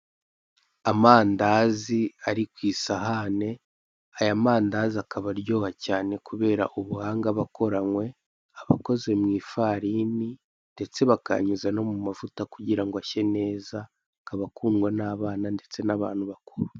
Amandazi ari ku isahane aya mandazi akaba aryoha cyane kubera ubuhanga aba akoranywe, aba akoze mu ifarini ndetse bakayanyuza no mu mavuta kugira ngo ashye neza akaba akundwa n'abana ndetse n'abantu bakuru.